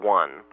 one